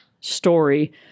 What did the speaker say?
story